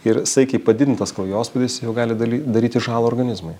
ir saikiai padidintas kraujospūdis jau gali daly daryti žalą organizmui